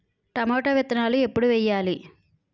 Tomato విత్తనాలు ఎప్పుడు వెయ్యాలి?